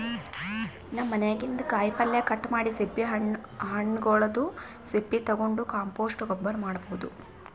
ನಮ್ ಮನ್ಯಾಗಿನ್ದ್ ಕಾಯಿಪಲ್ಯ ಕಟ್ ಮಾಡಿದ್ದ್ ಸಿಪ್ಪಿ ಹಣ್ಣ್ಗೊಲ್ದ್ ಸಪ್ಪಿ ತಗೊಂಡ್ ಕಾಂಪೋಸ್ಟ್ ಗೊಬ್ಬರ್ ಮಾಡ್ಭೌದು